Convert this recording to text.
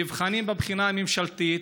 נבחנים בבחינה הממשלתית,